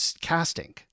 casting